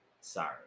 Sorry